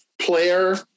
player